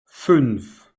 fünf